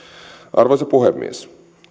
arvoisa puhemies